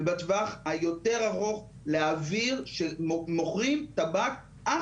ובטווח היותר ארוך להבהיר שמוכרים טבק רק